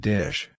Dish